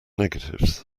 negatives